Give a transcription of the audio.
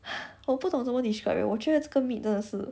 我不懂怎么 describe eh 我觉得这个 meat 真的是